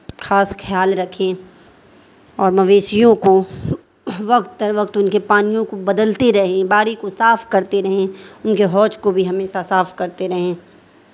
خاص خیال رکھیں اور مویشیوں کو وقت در وقت ان کے پانیوں کو بدلتے رہیں باڑی کو صاف کرتے رہیں ان کے حوض کو بھی ہمیشہ صاف کرتے رہیں